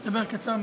אני אדבר קצר מאוד.